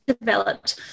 developed